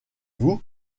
vous